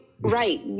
Right